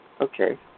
okay